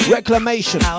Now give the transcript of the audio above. Reclamation